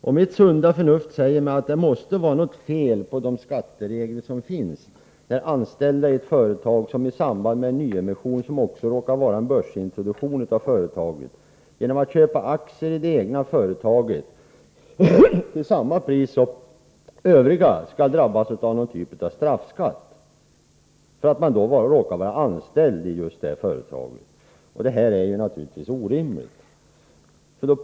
Och det säger mig att det måste vara något fel på de skatteregler som finns när anställda i ett företag som i samband med en nyemission som också råkar vara en börsintroduktion genom att köpa aktier i det egna företaget till samma pris som Övriga skall drabbas av någon typ av straffskatt — just därför att de råkar vara anställda i företaget. Det är naturligtvis orimligt.